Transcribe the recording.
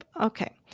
Okay